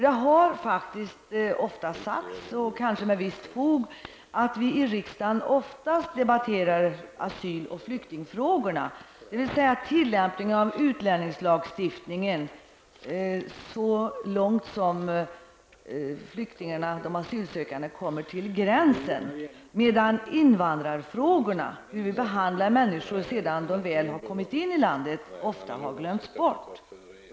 Det har ofta sagts -- och kanske med visst fog -- att vi i riksdagen oftast debatterar asyl och flyktingfrågorna, dvs. tillämpningen av utlänningslagstiftningen fram till dess att de asylsökande kommer till gränsen, medan invandrarfrågorna, hur vi behandlar människor sedan de väl har kommit in i landet, ofta har glömts bort.